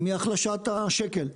מהחלשת השקל.